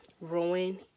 ruin